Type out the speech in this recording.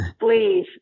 Please